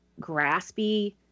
graspy